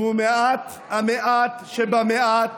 והוא המעט שבמעט